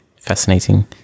fascinating